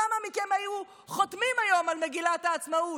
כמה מכם היו חותמים היום על מגילת העצמאות,